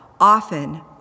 often